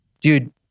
dude